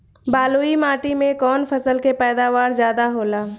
बालुई माटी में कौन फसल के पैदावार ज्यादा होला?